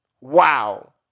Wow